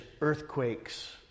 earthquakes